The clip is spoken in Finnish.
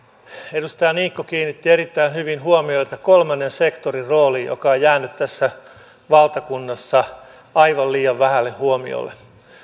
edustaja niikko kiinnitti erittäin hyvin huomiota kolmannen sektorin rooliin joka on jäänyt tässä valtakunnassa aivan liian vähälle huomiolle